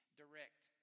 direct